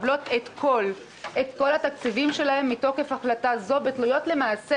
מקבלות את כל התקציבים שלהן מתוקף החלטה זו ותלויות למעשה